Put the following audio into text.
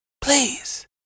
Please